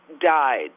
died